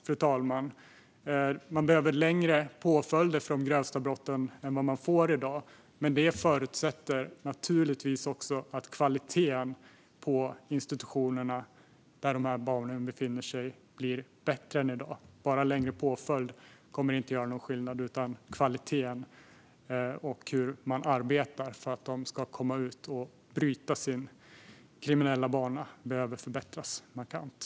Det behövs längre påföljder för de grövsta brotten än vad som ges i dag, men det förutsätter naturligtvis också att kvaliteten på institutionerna där de här barnen befinner sig blir bättre än i dag. Bara längre påföljd kommer inte att göra någon skillnad, utan kvaliteten och hur man arbetar för att barnen ska komma ut och bryta sin kriminella bana behöver förbättras markant.